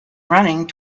running